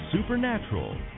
supernatural